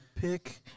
pick